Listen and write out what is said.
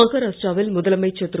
மஹாராஷ்டிரா வில் முதலமைச்சர் திரு